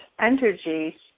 energy